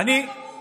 עכשיו הכול ברור?